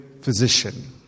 physician